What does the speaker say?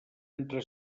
entre